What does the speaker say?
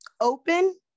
open